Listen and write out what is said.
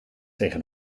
tegen